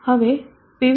હવે pv